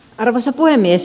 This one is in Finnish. arvoisa puhemies